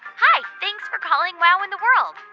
hi. thanks for calling wow in the world.